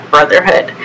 Brotherhood